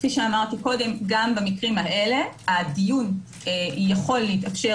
כאמור גם במקרים האלה הדיון יכול להתאפשר